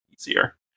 easier